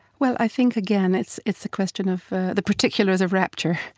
well, i think, again, it's it's the question of the particulars of rapture.